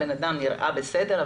הבנאדם נראה בסדר,